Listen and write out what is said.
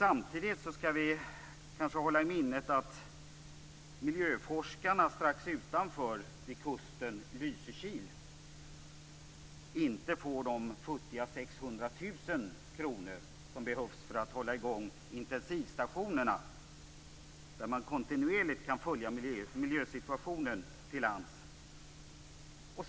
Samtidigt skall vi hålla i minnet att miljöforskarna vid kusten vid Lysekil inte får de futtiga 600 000 kr som behövs för att hålla i gång intensivstationerna, där det kontinuerligt är möjligt att kontrollera miljösituationen till lands.